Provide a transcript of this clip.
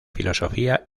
filosofía